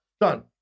done